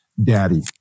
daddy